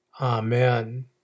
Amen